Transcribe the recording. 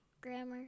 grammar